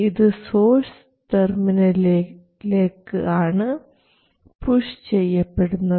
ഇത് സോഴ്സ് ടെർമിനലിലേക്ക് ആണ് പുഷ് ചെയ്യപ്പെടുന്നത്